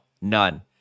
none